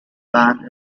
band